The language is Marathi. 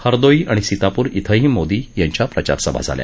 हरदोई आणि सीतापूर इथंही मोदी यांच्या प्रचारसभा झाल्या